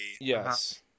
Yes